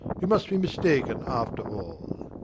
you must be mistaken after all.